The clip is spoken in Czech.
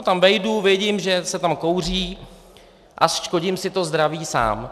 Tam vejdu, vidím, že se tam kouří a škodím si to zdraví sám.